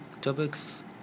topics